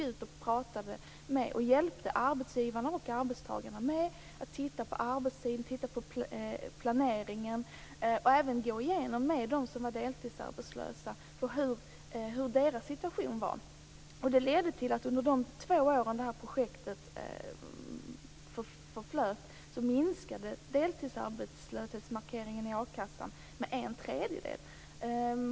Man hjälpte arbetsgivarna och arbetstagarna med att titta på arbetstiderna och planeringen, diskuterade och gick igenom med de deltidsarbetslösa hur deras situation var. Det ledde till att under de två år som projektet förflöt minskade deltidsarbetslöshetsmarkeringen i a-kassan med en tredjedel.